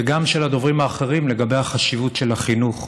וגם של הדוברים האחרים, לגבי החשיבות של החינוך.